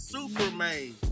Superman